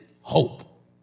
hope